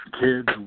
kids